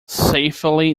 safely